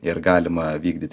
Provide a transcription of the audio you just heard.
ir galima vykdyt